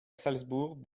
salzbourg